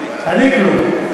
אני כלום.